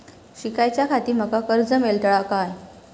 शिकाच्याखाती माका कर्ज मेलतळा काय?